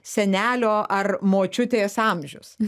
senelio ar močiutės amžius